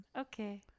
okay